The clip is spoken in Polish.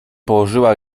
położyła